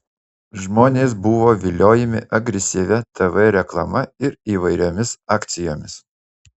žmonės buvo viliojami agresyvia tv reklama ir įvairiomis akcijomis